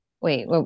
wait